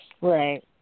Right